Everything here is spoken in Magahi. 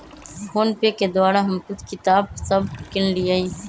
फोनपे के द्वारा हम कुछ किताप सभ किनलियइ